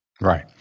Right